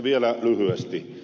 vielä lyhyesti